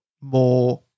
more